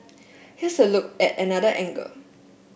here's a look at another angle